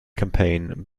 campaign